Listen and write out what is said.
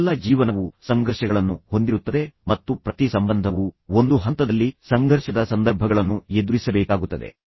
ಎಲ್ಲಾ ಜೀವನವು ಸಂಘರ್ಷಗಳನ್ನು ಹೊಂದಿರುತ್ತದೆ ಮತ್ತು ಪ್ರತಿ ಸಂಬಂಧವು ಒಂದು ಹಂತದಲ್ಲಿ ಸಂಘರ್ಷದ ಸಂದರ್ಭಗಳನ್ನು ಎದುರಿಸಬೇಕಾಗುತ್ತದೆ